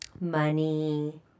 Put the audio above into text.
Money